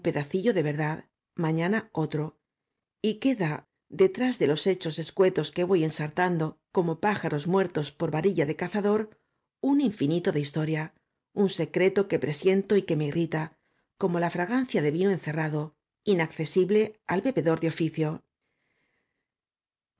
pedacillo de verdad mañana otro y queda detrás de los hechos escuetos que voy ensartando como pájaros muertos por varilla de cazador un infinito de historia un secreto que presiento y que me irrita como la fragancia devino encerrado inaccesible al bebedor de oficio